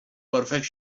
perfect